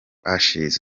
ashes